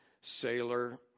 sailor